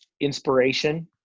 inspiration